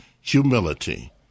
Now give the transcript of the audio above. humility